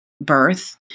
Birth